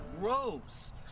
gross